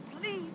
please